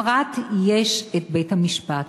לפרט יש בית-המשפט